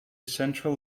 central